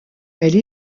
elle